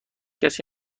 کسی